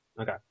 Okay